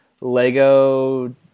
Lego